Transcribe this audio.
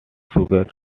sugar